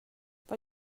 vad